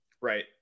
Right